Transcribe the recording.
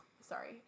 sorry